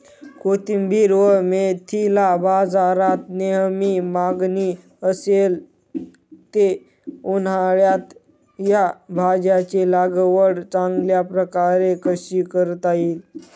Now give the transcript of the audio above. कोथिंबिर व मेथीला बाजारात नेहमी मागणी असते, उन्हाळ्यात या भाज्यांची लागवड चांगल्या प्रकारे कशी करता येईल?